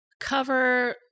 cover